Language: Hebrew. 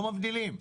לא מבדילים.